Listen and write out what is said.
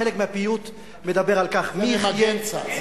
חלק מהפיוט מדבר על "מי יחיה" ממגנצא.